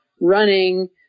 running